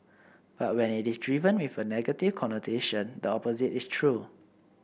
but when it is driven with a negative connotation the opposite is true